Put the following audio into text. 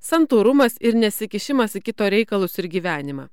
santūrumas ir nesikišimas į kito reikalus ir gyvenimą